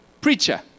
Preacher